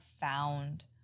found